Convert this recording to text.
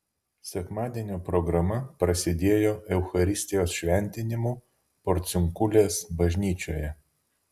sekmadienio programa prasidėjo eucharistijos šventimu porciunkulės bažnyčioje